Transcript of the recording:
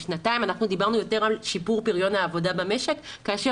דיברנו יותר על שיפור פריון העבודה במשק כאשר